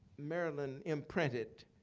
maryland imprinted